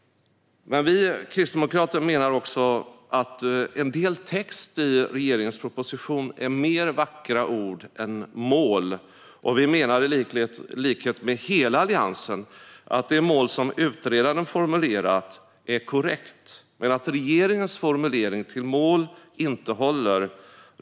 Vi kristdemokrater menar dock att en del text i regeringens proposition mer är vackra ord än mål. Vi menar i likhet med hela Alliansen att det mål som utredaren har formulerat är korrekt men att regeringens formulering till mål inte håller.